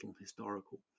historical